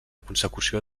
consecució